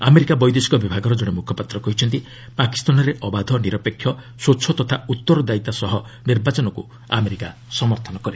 America ବୈଦେଶିକ ବିଭାଗର ଜଣେ ମୁଖପାତ୍ର କହିଛନ୍ତି ପାକିସ୍ତାନରେ ଅବାଧ ନିରପେକ୍ଷ ସ୍ୱଚ୍ଛ ତଥା ଉତ୍ତରଦାୟିକା ସହ ନିର୍ବାଚନକୁ ଆମେରିକା ସମର୍ଥନ କରେ